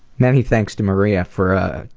many thanks to maria for ah,